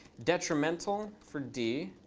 detrimental for d.